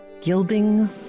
Gilding